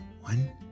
One